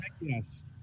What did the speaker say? yes